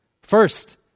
first